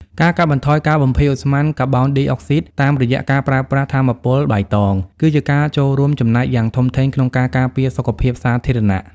ការកាត់បន្ថយការបំភាយឧស្ម័នកាបូនឌីអុកស៊ីតតាមរយៈការប្រើប្រាស់ថាមពលបៃតង គឺជាការចូលរួមចំណែកយ៉ាងធំធេងក្នុងការការពារសុខភាពសាធារណៈ។